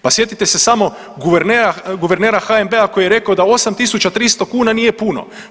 Pa sjetite se samo guvernera HNB-a koji je rekao da 8300 kuna nije puno.